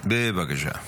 בבקשה.